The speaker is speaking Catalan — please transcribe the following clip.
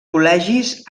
col·legis